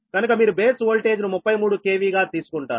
కనుక మీరు base voltage ను 33 KV గా తీసుకుంటారు